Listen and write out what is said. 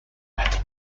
had